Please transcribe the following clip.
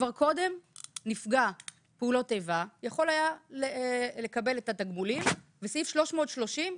כבר קודם נפגע פעולות איבה יכול היה לקבל את התגמולים וסעיף 330,